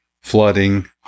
flooding